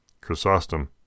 Chrysostom